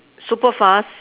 super fast